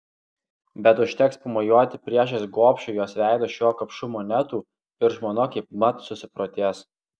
bet užteks pamojuoti priešais gobšų jos veidą šiuo kapšu monetų ir žmona kaipmat susiprotės